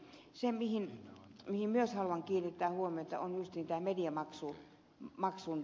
se mihin myös haluan kiinnittää huomiota on juuri tämä mediamaksun tilanne